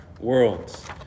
worlds